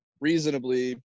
reasonably